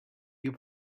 you